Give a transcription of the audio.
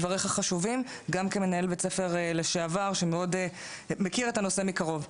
דבריך חשובים גם כמנהל בית ספר לשעבר שמכיר את הנושא מקרוב.